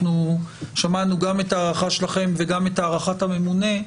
אנחנו שמענו גם את ההערכה שלכם וגם את הערכת הממונה,